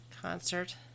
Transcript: concert